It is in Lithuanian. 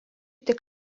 tik